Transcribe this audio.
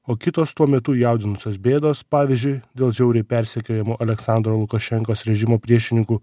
o kitos tuo metu jaudinusios bėdos pavyzdžiui dėl žiauriai persekiojamų aleksandro lukašenkos režimo priešininkų